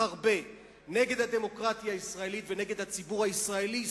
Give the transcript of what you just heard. הרבה נגד הדמוקרטיה הישראלית ונגד הציבור הישראלי,